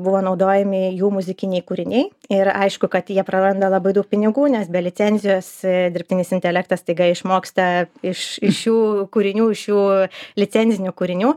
buvo naudojami jų muzikiniai kūriniai ir aišku kad jie praranda labai daug pinigų nes be licenzijos dirbtinis intelektas staiga išmoksta iš šių kūrinių iš jų licencinių kūrinių